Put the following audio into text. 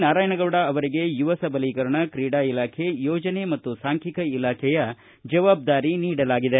ನಾರಾಯಣಗೌಡ ಅವರಿಗೆ ಯುವ ಸಬಲೀಕರಣ ಕ್ರೀಡಾ ಇಲಾಖೆ ಯೋಜನೆ ಮತ್ತು ಸಾಂಖ್ಲಿಕ ಇಲಾಖೆಯ ಜವಾಬ್ಲಾರಿ ನೀಡಲಾಗಿದೆ